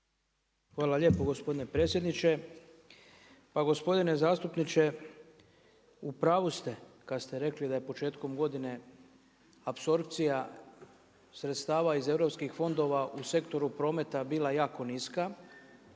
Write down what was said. Hvala lijepo gospodine predsjedniče. Pa gospodine zastupniče, u pravu ste kada ste rekli da je početkom godine apsorpcija sredstava iz europskih fondova u sektoru prometa bila jako niska.